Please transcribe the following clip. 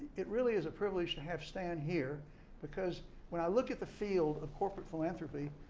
it really is a privilege to have stan here because when i look at the field of corporate philanthropy,